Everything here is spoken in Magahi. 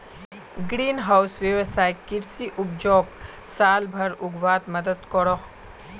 ग्रीन हाउस वैवसायिक कृषि उपजोक साल भर उग्वात मदद करोह